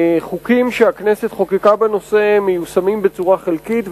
חוקים שהכנסת חוקקה בנושא מיושמים בצורה חלקית,